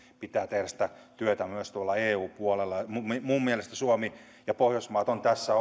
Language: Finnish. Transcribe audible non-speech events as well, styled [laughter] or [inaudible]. pitää tehdä sitä työtä myös tuolla eu puolella minun minun mielestäni suomi ja pohjoismaat ovat tässä [unintelligible]